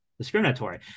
Discriminatory